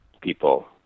people